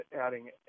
adding